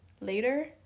later